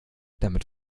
damit